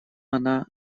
она